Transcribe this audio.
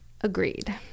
Agreed